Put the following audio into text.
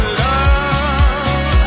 love